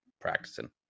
practicing